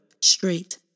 straight